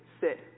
sit